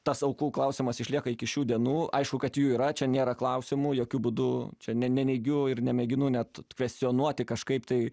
tas aukų klausimas išlieka iki šių dienų aišku kad jų yra čia nėra klausimų jokiu būdu čia ne neneigiu ir nemėginu net kvestionuoti kažkaip tai